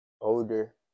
older